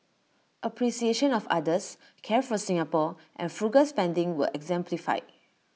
appreciation of others care for Singapore and frugal spending were exemplified